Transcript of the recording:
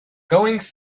goings